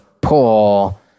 pull